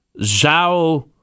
Zhao